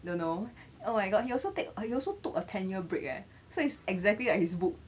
don't know oh my god he also take he also took a ten year break eh so it's exactly like his book